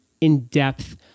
in-depth